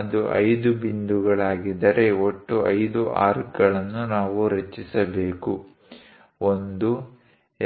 ಅದು 5 ಬಿಂದುಗಳಾಗಿದ್ದರೆ ಒಟ್ಟು 5 ಆರ್ಕ್ಗಳನ್ನು ನಾವು ರಚಿಸಬೇಕು 1